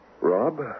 Rob